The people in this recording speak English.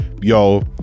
yo